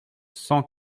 cent